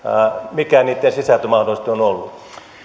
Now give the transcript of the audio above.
mikä niitten sisältö mahdollisesti on ollut